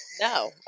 no